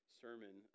sermon